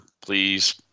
please